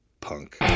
punk